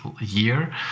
year